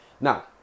Now